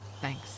thanks